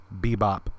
bebop